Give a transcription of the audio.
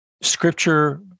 scripture